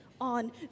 on